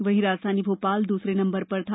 वहीं राजधानी भोपाल दूसरे नम्बर पर था